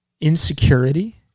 insecurity